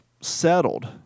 settled